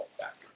factor